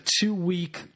two-week